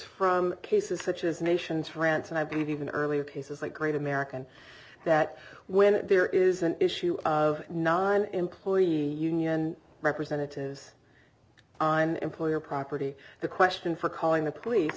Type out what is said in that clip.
from cases such as nations france and i believe even earlier cases like great american that when there is an issue of nine employee union representatives and employer property the question for calling the police